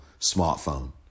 smartphone